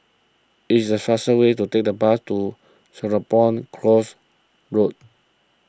it is faster way to take the bus to Serapong Course Road